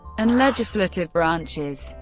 and legislative branches.